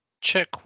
check